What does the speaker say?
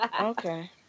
Okay